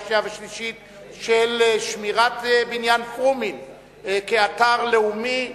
שנייה ושלישית את הצעת החוק שמירת בניין פרומין כאתר לאומי,